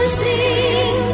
sing